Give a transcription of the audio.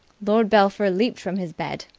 lord belpher leaped from his bed.